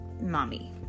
mommy